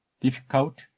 difficult